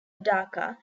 dhaka